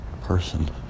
person